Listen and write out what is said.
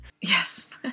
yes